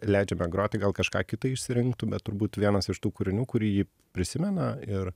leidžiame groti gal kažką kita išsirinktų bet turbūt vienas iš tų kūrinių kurį ji prisimena ir